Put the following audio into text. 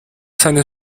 seine